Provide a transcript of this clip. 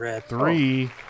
Three